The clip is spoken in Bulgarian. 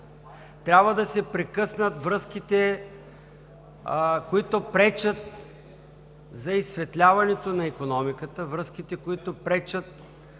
трябва да се прекъснат връзките, които пречат за изсветляването на икономиката, връзките, които пречат